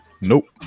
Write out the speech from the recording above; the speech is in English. Nope